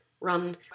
run